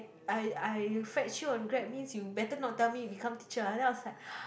I I fetch you on Grab means you better not tell me become teacher ah then I was like